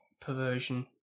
perversion